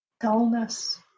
dullness